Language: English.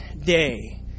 day